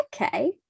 Okay